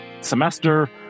semester